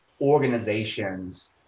organizations